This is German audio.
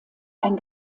ein